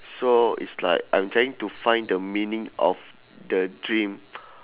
so it's like I'm trying to find the meaning of the dream